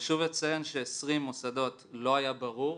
חשוב לציין ש-20 מוסדות, לא היה ברור.